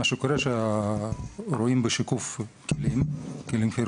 מה שקורה הוא שרואים בשיקוף כלים כירורגיים,